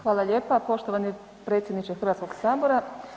Hvala lijepa poštovani potpredsjedniče Hrvatskog sabora.